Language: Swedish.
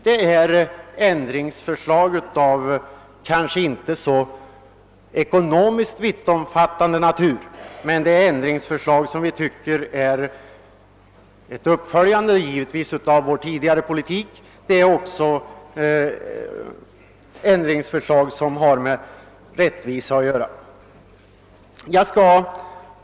Dessa ändringsförslag är kanske inte av så ekonomiskt vittomfattande natur, men de innebär ett uppföljande av vår tidigare politik och de har med rättvisa att göra.